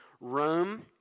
Rome